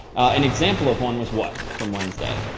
an example of one was what, from wednesday?